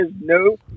no